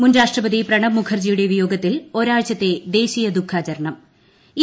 മുൻ രാഷ്ട്രപതി പ്രണബ് മുഖർജിയുടെ വിയോഗത്തിൽ ഒരാഴ്ചത്തെ ദേശീയ ദുഖാചരണ്ണം